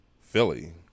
Philly